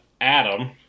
Adam